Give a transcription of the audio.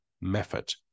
method